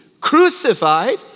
crucified